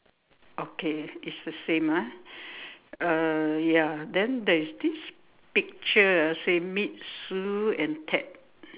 okay it's the same ah uh ya then there's this picture ah say meet Sue and Ted